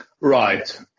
Right